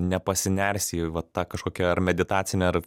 nepasinersi į va tą kažkokią ar meditacinę ar